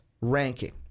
ranking